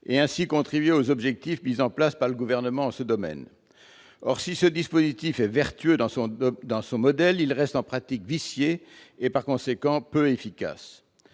et ainsi contribuer aux objectifs fixés par le Gouvernement en ce domaine. Si ce dispositif est vertueux dans son modèle, il reste en pratique vicié et, par conséquent, peu efficace.